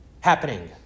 happening